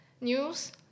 news